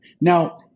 Now